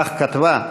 כך כתבה,